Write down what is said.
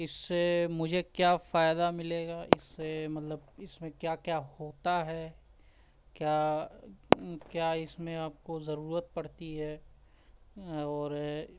اس سے مجھے کیا فائدہ ملے گا اس سے مطلب اس میں کیا کیا ہوتا ہے کیا کیا اس میں آپ کو ضرورت پڑتی ہے اور